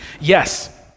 Yes